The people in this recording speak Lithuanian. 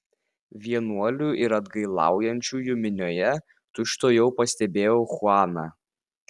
vienuolių ir atgailaujančiųjų minioje tučtuojau pastebėjau chuaną